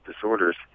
disorders